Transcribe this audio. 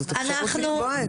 זאת אפשרות לקבוע את זה.